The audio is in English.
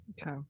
okay